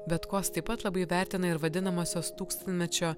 bet kaws taip pat labai vertina ir vadinamosios tūkstantmečio